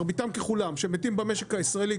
מרביתם ככולם שמתים במשק הישראלי,